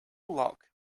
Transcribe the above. lock